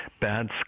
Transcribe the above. bad